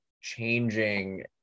changing